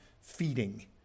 Feeding